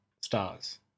stars